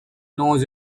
know